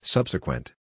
Subsequent